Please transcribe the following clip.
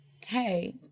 Hey